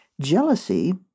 Jealousy